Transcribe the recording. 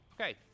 Okay